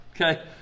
okay